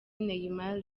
neymar